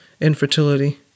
infertility